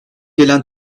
gelen